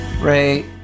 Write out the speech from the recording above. Ray